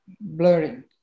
blurring